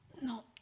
No